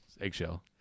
Eggshell